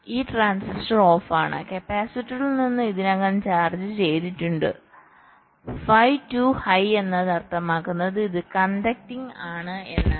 ഈ transistor off ആണ് കപ്പാസിറ്ററിൽ നിന്ന് ഇതിനകം ചാർജ്ജ് ചെയ്തിട്ടുണ്ട് phi 2 ഹൈ എന്നത് അർത്ഥമാക്കുന്നത് ഇത് കണ്ടക്റ്റിംഗ് ആണ് എന്നാണ്